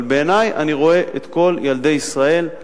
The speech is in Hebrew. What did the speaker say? אבל בעיני אני רואה את כל ילדי ישראל,